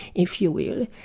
if you will.